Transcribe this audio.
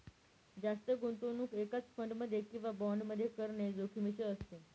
जास्त गुंतवणूक एकाच फंड मध्ये किंवा बॉण्ड मध्ये करणे जोखिमीचे असते